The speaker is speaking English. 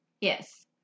Yes